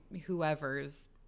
whoever's